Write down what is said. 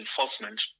enforcement